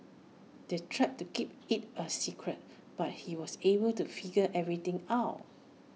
they tried to keep IT A secret but he was able to figure everything out